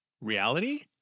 reality